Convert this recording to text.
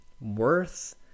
Worth